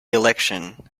election